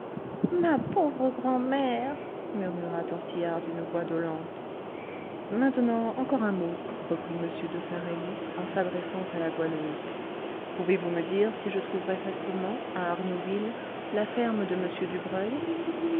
ma pauvre grand'mère murmura tortillard d'une voix dolente maintenant encore un mot reprit m de saint-remy en s'adressant à la goualeuse pouvez-vous me dire si je trouverai facilement à arnouville la ferme de m dubreuil